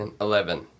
eleven